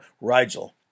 Rigel